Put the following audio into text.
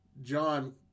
John